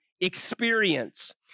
experience